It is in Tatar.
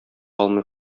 алмый